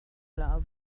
love